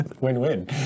Win-win